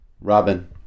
Robin